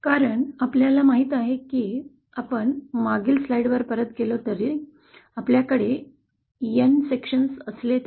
कारण आपल्याला माहीत आहे की आपण मागील स्लाईडवर परत गेलो तरी आपल्याकडे n विभाग असले तरी